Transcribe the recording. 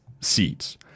seats